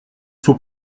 faut